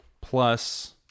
plus